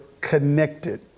connected